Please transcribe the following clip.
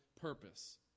purpose